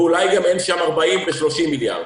ואולי גם אין שם 40 ו-30 מיליארד.